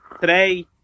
today